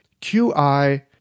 qi